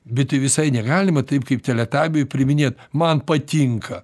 bet visai negalima taip kaip teletabiui priiminėti man patinka